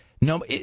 No